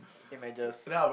images